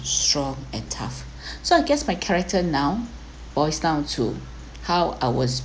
strong and tough so I guess my character now boils down to how ours